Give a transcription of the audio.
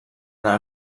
anar